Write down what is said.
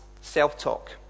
self-talk